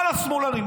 כל השמאלנים.